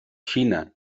xina